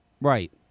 Right